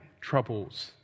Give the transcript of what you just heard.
troubles